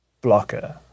blocker